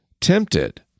tempted